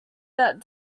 that